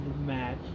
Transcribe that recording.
match